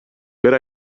good